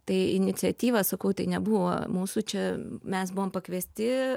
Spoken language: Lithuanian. tai iniciatyvą sakau tai nebuvo mūsų čia mes buvom pakviesti